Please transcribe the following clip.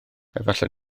efallai